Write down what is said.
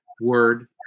word